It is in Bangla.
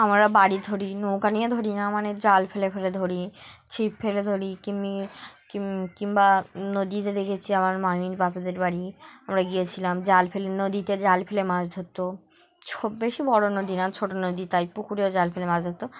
আমরা বাড়ি ধরি নৌকা নিয়ে ধরি না মানে জাল ফেলে ফেলে ধরি ছিপ ফেলে ধরি কিমনি কি কিংবা নদীতে দেখেছি আমার মামির বাপেদের বাড়ি আমরা গিয়েছিলাম জাল ফেলে নদীতে জাল ফেলে মাছ ধরতো স বেশি বড়ো নদী না ছোটো নদী তাই পুকুরেও জাল ফেলে মাছ ধরতো